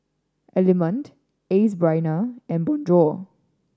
Element Ace Brainery and Bonjour